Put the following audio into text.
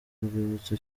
urwibutso